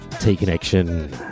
T-Connection